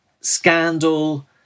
Scandal